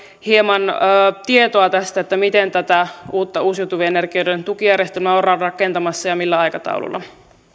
hieman tästä miten tätä uutta uusiutuvien energioiden tukijärjestelmää ollaan rakentamassa ja millä aikataululla